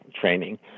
training